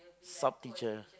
sub teacher